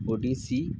Odissi